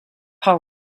powers